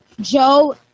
Joe